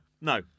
no